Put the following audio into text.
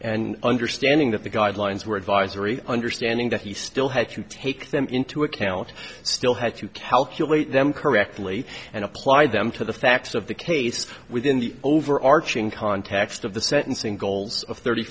and understanding that the guidelines were advisory understanding that he still had to take them into account still had to calculate them correctly and apply them to the facts of the case within the overarching context of the sentencing goals of thirty